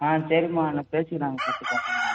ஆ சரிம்மா நான் பேசிக்கலாம்மா பேசி கொறைச்சிக்கலாம்மா